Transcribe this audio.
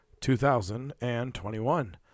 2021